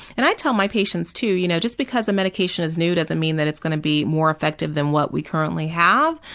and i tell my patients too, you know just because the medication is new doesn't mean that it's going to be more effective than what we currently have.